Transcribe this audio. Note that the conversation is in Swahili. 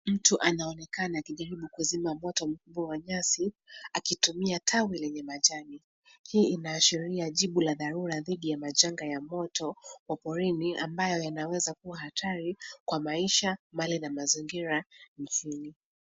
Mtu anaonekana akijaribu kuzima moto mkubwa wa nyasi akitumia tawi lenye majani. Hii inaashiria jibu la dharura dhidi ya majanga ya moto wa porini ambayo yanaweza kuwa hatari kwa maisha, mali na mazingira nchini.